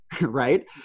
Right